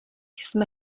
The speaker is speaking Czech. jsme